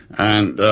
and